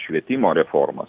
švietimo reforma